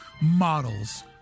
models